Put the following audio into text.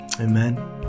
Amen